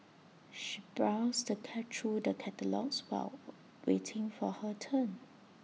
she browsed the through the catalogues while waiting for her turn